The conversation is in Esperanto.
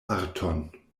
arton